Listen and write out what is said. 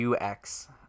UX